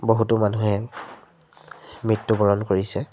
বহুতো মানুহে মৃত্যুবৰণ কৰিছে